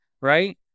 right